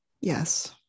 Yes